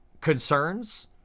concerns